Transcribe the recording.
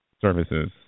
services